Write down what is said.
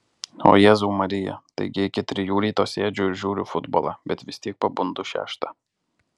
o jėzau marija taigi iki trijų ryto sėdžiu ir žiūriu futbolą bet vis tiek pabundu šeštą